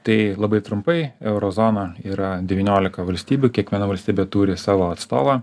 tai labai trumpai euro zona yra deyniolika valstybių kiekviena valstybė turi savo atstovą